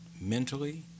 mentally